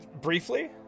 briefly